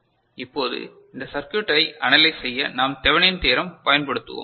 இப்போது இந்த சர்க்யூட்டை அனலைஸ் செய்ய நாம் தெவெனின் தியரம் பயன்படுத்துவோம்